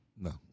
No